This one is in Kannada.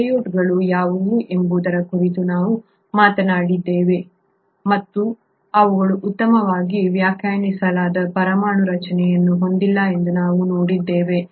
ಪ್ರೊಕಾರ್ಯೋಟ್ಗಳು ಯಾವುವು ಎಂಬುದರ ಕುರಿತು ನಾವು ಮಾತನಾಡಿದ್ದೇವೆ ಮತ್ತು ಅವುಗಳು ಉತ್ತಮವಾಗಿ ವ್ಯಾಖ್ಯಾನಿಸಲಾದ ಪರಮಾಣು ರಚನೆಯನ್ನು ಹೊಂದಿಲ್ಲ ಎಂದು ನಾವು ನೋಡಿದ್ದೇವೆ